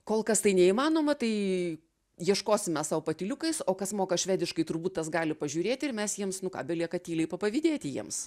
kol kas tai neįmanoma tai ieškosime sau patyliukais o kas moka švediškai turbūt tas gali pažiūrėti ir mes jiems nu ką belieka tyliai papavydėti jiems